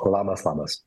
labas labas